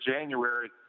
January